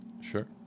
Sure